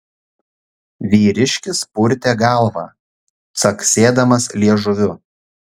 vyriškis purtė galvą caksėdamas liežuviu